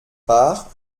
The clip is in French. part